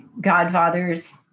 godfathers